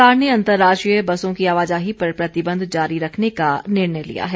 सरकार ने अंतर्राज्यीय बसों की आवाजाही पर प्रतिबंध जारी रखने का निर्णय लिया है